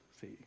see